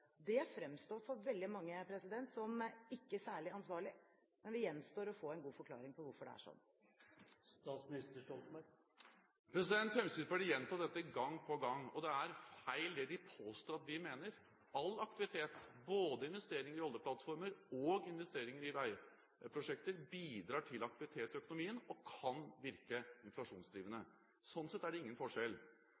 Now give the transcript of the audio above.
Det fremstår for veldig mange som ikke særlig ansvarlig. Det gjenstår å få en god forklaring på hvorfor det er slik. Fremskrittspartiet gjentar dette gang på gang, og det er feil det de påstår at vi mener. All aktivitet, både investeringer i oljeplattformer og investeringer i veiprosjekter, bidrar til aktivitet i økonomien og kan virke inflasjonsdrivende.